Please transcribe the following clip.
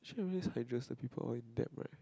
just the people all in debt right